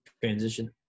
transition